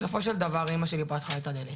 בסופו של דבר אמא שלי פתחה את הדלת,